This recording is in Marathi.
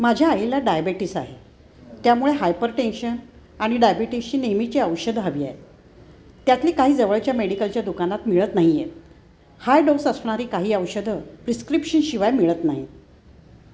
माझ्या आईला डायबेटीस आहे त्यामुळे हायपर टेन्शन आणि डायबेटीसची नेहमीची औषधं हवी आहेत त्यातली काही जवळच्या मेडिकलच्या दुकानात मिळत नाही आहेत हाय डोस असणारी काही औषधं प्रिस्क्रिप्शनशिवाय मिळत नाही